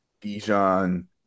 Dijon